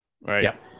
right